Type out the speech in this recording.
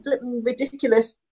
ridiculous